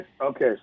Okay